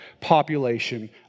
population